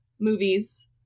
movies